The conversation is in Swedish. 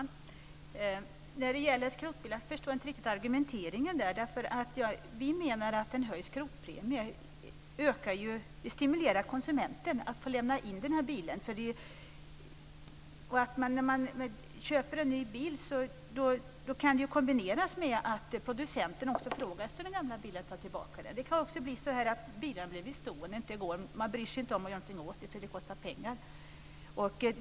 Herr talman! Jag förstår inte riktigt argumenteringen om skrotbilar. Vi menar att en höjd skrotningspremie stimulerar konsumenten att lämna in bilen. Ett köp av en ny bil kan kombineras med att producenten tar tillbaka den gamla bilen. Det kan bli så att bilarna blir stående och man bryr sig inte om att göra någonting åt dem eftersom det kostar pengar.